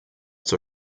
zur